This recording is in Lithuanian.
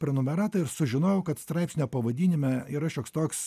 prenumeratą ir sužinojau kad straipsnio pavadinime yra šioks toks